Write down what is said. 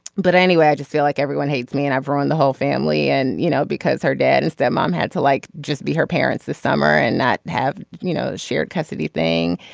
but anyway i just feel like everyone hates me and i've ruined the whole family and you know because her dad and step mom had to like just be her parents this summer and not have you know shared custody thing.